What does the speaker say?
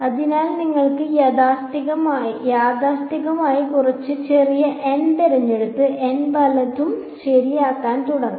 അതിനാൽ നിങ്ങൾക്ക് യാഥാസ്ഥിതികമായി കുറച്ച് ചെറിയ n തിരഞ്ഞെടുത്ത് n വലുതും വലുതും ശരിയാക്കാൻ തുടങ്ങാം